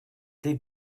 they